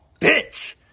bitch